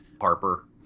Harper